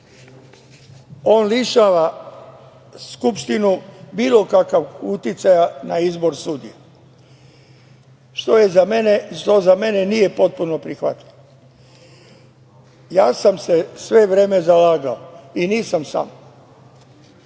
On lišava Skupštinu bilo kakvog uticaja na izbor sudija, što za mene nije potpuno prihvatljivo. Ja sam se sve vreme zalagao, i nisam sam,